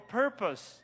purpose